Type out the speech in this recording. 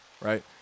right